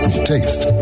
taste